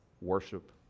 worship